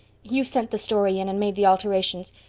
you sent the story in and made the alterations.